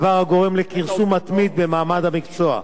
דבר הגורם לכרסום מתמיד במעמד המקצוע,